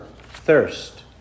thirst